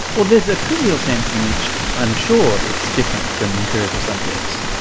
well there's a trivial sense in which i'm sure it's different from empirical subjects,